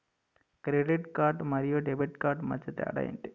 Credit card మరియు debit card మధ్య తేడా ఎంటి?